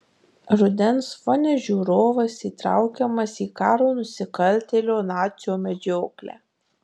rudens fone žiūrovas įtraukiamas į karo nusikaltėlio nacio medžioklę